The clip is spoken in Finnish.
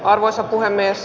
arvoisa puhemies